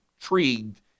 intrigued